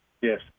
Yes